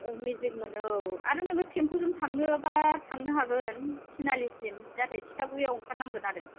magic मोनो औ आरो नोङो टेम्प'जों थांनोबा थांनो हागोन थिनालिसिम नाथाय थिथागुरिआव ओंखारनांगोन आरो